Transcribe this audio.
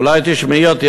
אולי תשמעי אותי.